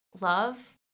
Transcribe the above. love